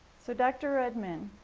so dr. redmond,